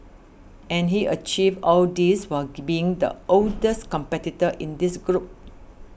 and he achieved all this while being the oldest competitor in this group